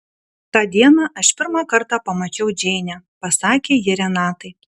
tą dieną aš pirmą kartą pamačiau džeinę pasakė ji renatai